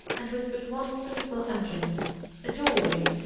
and with but one principal entrance a doorway,